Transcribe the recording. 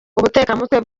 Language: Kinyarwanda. ubutekamutwe